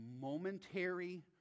momentary